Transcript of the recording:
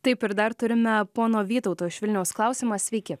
taip ir dar turime pono vytauto iš vilniaus klausimą sveiki